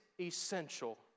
essential